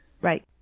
Right